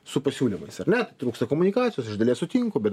su pasiūlymais ar ne trūksta komunikacijos iš dalies sutinku bet